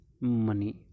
money